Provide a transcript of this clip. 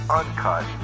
uncut